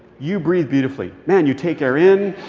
you breathe beautifully. man, you take air in.